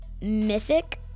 mythic